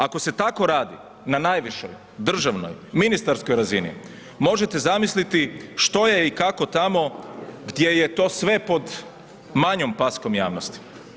Ako se tako radi na najvišem, državnoj, ministarskoj razini, možete zamisliti, što je i kako tamo, gdje je to sve pod manjom paskom javnosti.